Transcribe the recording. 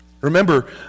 Remember